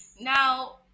Now